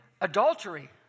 adultery